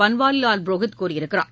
பன்வாரிவால் புரோஹித் கூறியுள்ளார்